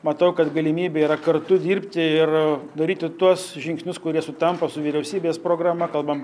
matau kad galimybė yra kartu dirbti ir daryti tuos žingsnius kurie sutampa su vyriausybės programa kalbam